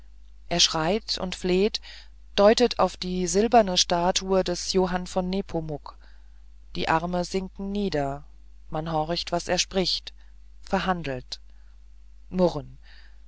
er schreit und fleht deutet auf die silberne statue des johann von nepomuk die arme sinken nieder man horcht was er spricht verhandelt murren